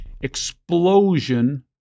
explosion